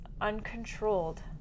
uncontrolled